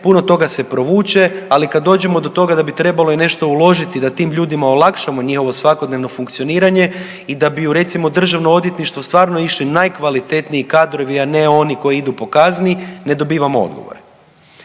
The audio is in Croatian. puno toga se provuče, ali kad dođemo do toga da bi trebalo i nešto uložiti da tim ljudima olakšamo njihovo svakodnevno funkcioniranje i da bi u recimo državno odvjetništvo stvarno išli najkvalitetniji kadrovi, a ne oni koji idu po kazni ne dobivamo odgovore.